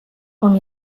com